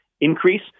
increase